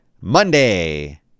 Monday